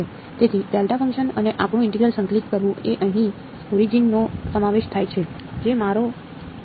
તેથી delta function અને આપણું ઇન્ટિગ્રલ સંકલિત કરવું એ અહીંના ઓરિજિન નો સમાવેશ થાય છે જે મારો છે